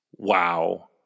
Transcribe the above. Wow